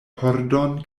pordon